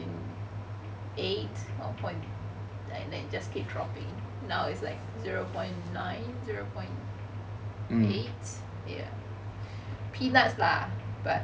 eight at one point then just keep dropping now is like zero point nine zero point eight ya peanuts lah but